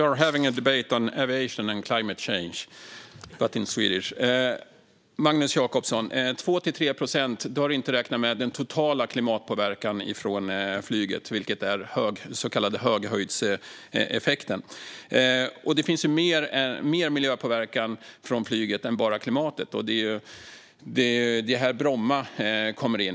Fru talman! Magnus Jacobsson talar om 2-3 procent, men då har han inte räknat med den totala klimatpåverkan från flyget, den så kallade höghöjdseffekten. Det finns mer miljöpåverkan från flyget än bara klimatet, och det här Bromma kommer in.